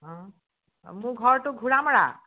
অঁ মোৰ ঘৰটো ঘোঁৰামৰা